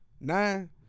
Nine